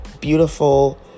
beautiful